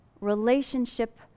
relationship